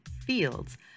fields